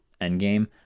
Endgame